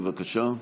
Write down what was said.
בבקשה.